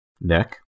Neck